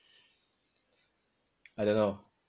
I don't know